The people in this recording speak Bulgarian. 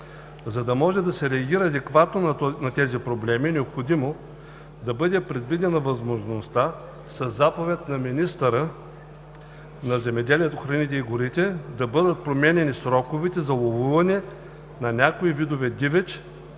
За да може да се реагира адекватно на тези проблеми, е необходимо да бъде предвидена възможността със заповед на министъра на земеделието, храните и горите да бъдат променяни сроковете за ловуване на някои видове дивеч